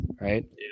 Right